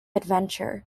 adventure